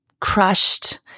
crushed